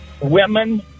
women